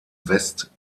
west